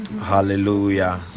Hallelujah